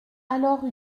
alors